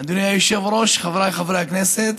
אדוני היושב-ראש, חבריי חברי הכנסת,